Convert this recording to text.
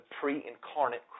pre-incarnate